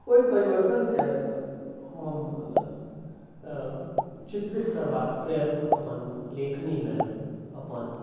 ओहि परिवर्तनके हम चित्रित करबाक प्रयत्न अपन लेखनीमे अपन